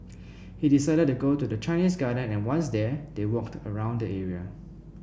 he decided to go to the Chinese Garden and once there they walked around the area